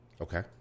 Okay